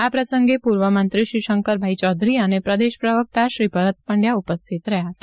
આ પ્રસંગે પૂર્વમંત્રી શ્રી શંકરભાઈ ચૌધરી તથા પ્રદેશ પ્રવક્તા શ્રી ભરત પંડચા ઉપસ્થિત રહ્યા હતા